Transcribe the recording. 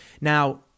Now